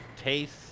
taste